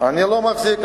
לא לא, אתה מחזיק.